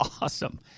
awesome